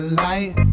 light